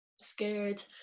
scared